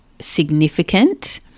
significant